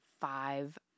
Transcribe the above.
five